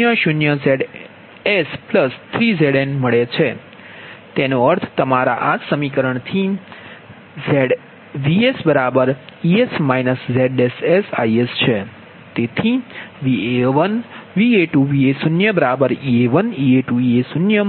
0 0 Zs3Zn તેનો અર્થ છે તમારા આ સમીકરણથી VsEs ZsIs છે તેથી Va1 Va2 Va0 Ea1 Ea2 Ea0 Zs 0 0 0 Zs 0 0 0 Zs3Zn Ia1 Ia2 Ia0 આ સમીકરણ 53 છે